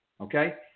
okay